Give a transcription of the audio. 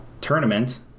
tournament